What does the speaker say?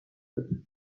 بده